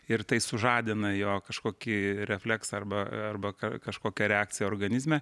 ir tai sužadina jo kažkokį refleksą arba arba ka kažkokią reakciją organizme